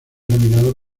nominado